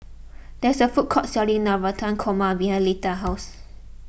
there is a food court selling Navratan Korma behind Leta's house